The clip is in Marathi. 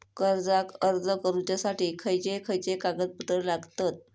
कर्जाक अर्ज करुच्यासाठी खयचे खयचे कागदपत्र लागतत